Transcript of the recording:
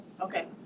okay